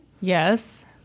Yes